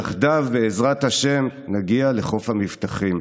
יחדיו בעזרת השם נגיע לחוף המבטחים.